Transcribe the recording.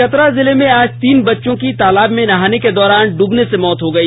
चतरा जिले में आज तीन बच्चों की तालाब में नहाने के दौरान डूबने से मौत हो गई